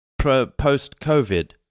Post-COVID